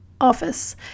office